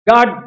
God